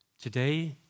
Today